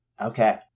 Okay